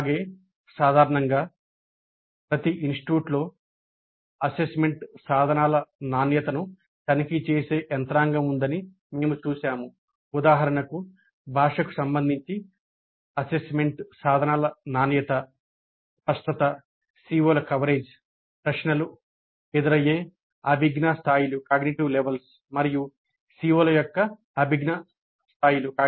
అలాగే సాధారణంగా ప్రతి ఇన్స్టిట్యూట్లో అసెస్మెంట్ సాధనాల నాణ్యతను తనిఖీ చేసే యంత్రాంగం ఉందని మేము చూశాము ఉదాహరణకు భాషకు సంబంధించి అసెస్మెంట్ సాధనాల నాణ్యత స్పష్టత CO ల కవరేజ్ ప్రశ్నలు ఎదురయ్యే అభిజ్ఞా స్థాయిలు మరియు సంబంధిత CO ల యొక్క అభిజ్ఞా స్థాయిలు